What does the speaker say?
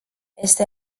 este